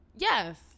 Yes